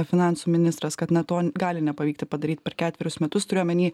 finansų ministras kad na to gali nepavykti padaryt per ketverius metus turiu omeny